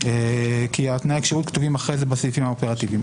כי תנאי הכשירות כתובים אחר כך בסעיפים האופרטיביים.